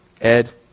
Ed